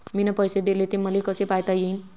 मिन पैसे देले, ते मले कसे पायता येईन?